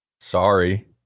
Sorry